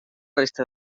resta